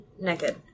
naked